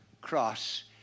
cross